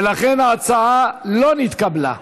ולכן ההצעה לא נתקבלה.